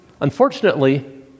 Unfortunately